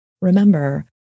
Remember